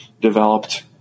developed